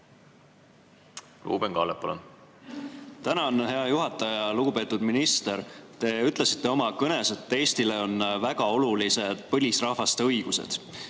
eest? Tänan, hea juhataja! Lugupeetud minister! Te ütlesite oma kõnes, et Eestile on väga olulised põlisrahvaste õigused.